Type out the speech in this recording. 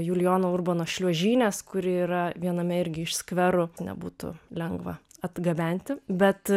julijono urbono šliuožynės kuri yra viename irgi iš skverų nebūtų lengva atgabenti bet